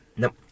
Nope